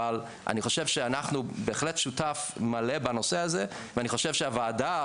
אבל אני חושב שאנחנו בהחלט שותף מלא בנושא הזה ואני חושב שהוועדה,